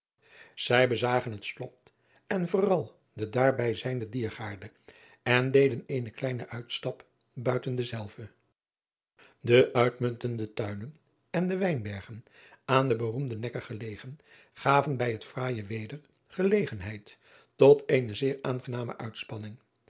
ij bezagen het slot en vooral de daarbij zijnde iergaarde en deden eenen kleinen uitstap buiten dezelve e uitmuntende tuinen en de wijnbergen aan den beroemden ekker gelegen gaven bij het fraaije weder gelegenheid tot eene zeer aangename uitspanning